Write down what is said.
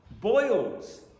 Boils